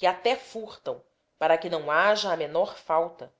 e até furtam para que não haja a menor falta